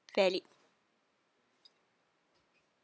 valid